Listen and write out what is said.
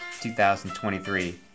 2023